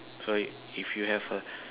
so if you have a